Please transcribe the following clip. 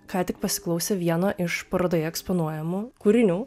ką tik pasiklausę vieno iš parodoje eksponuojamų kūrinių